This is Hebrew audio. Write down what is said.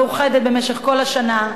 מאוחדת במשך כל השנה.